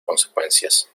consecuencias